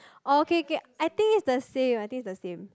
oh okay okay I think it's the same I think it's the same